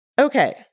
Okay